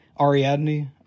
Ariadne